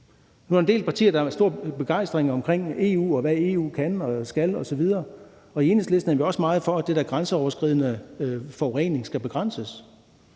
Der er en del partier, der har stor begejstring omkring EU, og hvad EU kan og skal osv. I Enhedslisten er vi også meget for, at det, der er grænseoverskridende forurening, skal begrænses.